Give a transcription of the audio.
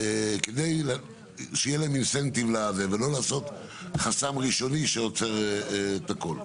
כדי שיהיה להם incentive ולא לעשות חסם ראשוני שעוצר את הכל.